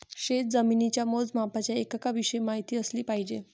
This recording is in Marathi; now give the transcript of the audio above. शेतजमिनीच्या मोजमापाच्या एककांविषयी माहिती असली पाहिजे